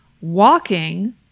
walking